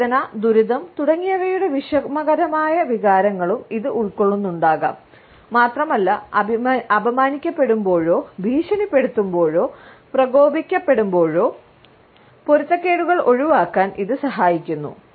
വേദന ദുരിതം തുടങ്ങിയവയുടെ വിഷമകരമായ വികാരങ്ങളും ഇത് ഉൾക്കൊള്ളുന്നുണ്ടാകാം മാത്രമല്ല അപമാനിക്കപ്പെടുമ്പോഴോ ഭീഷണിപ്പെടുത്തുമ്പോഴോ പ്രകോപിപ്പിക്കപ്പെടുമ്പോഴോ പൊരുത്തക്കേടുകൾ ഒഴിവാക്കാൻ ഇത് സഹായിക്കുന്നു